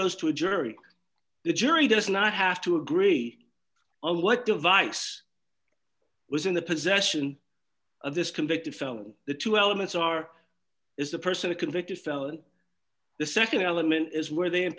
because to a jury the jury does not have to agree on what device was in the possession of this convicted felon the two elements are is the person a convicted felon the nd element is where they in